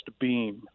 beam